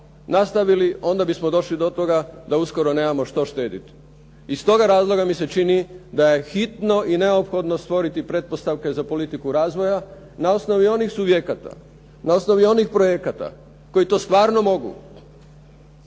nastavili onda bismo došli do toga da uskoro nemamo što štedjeti. Iz tog razloga mi se čini da je hitno i neophodno stvoriti pretpostavke za politiku razvoja na osnovi onih subjekata, na osnovi onih projekata koji to stvarno mogu